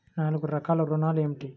నాలుగు రకాల ఋణాలు ఏమిటీ?